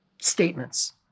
statements